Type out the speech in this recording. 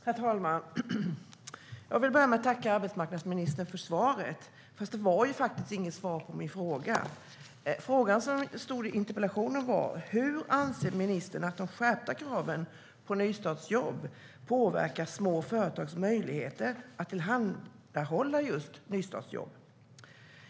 Herr talman! Jag vill börja med att tacka arbetsmarknadsministern för svaret, fast det var ju inte något svar på min fråga. Frågan som stod i interpellationen var: "Hur anser arbetsmarknadsministern att de skärpta kraven på nystartsjobb påverkar småföretags möjligheter att tillhandahålla desamma?"